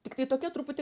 tiktai tokia truputį